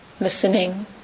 Listening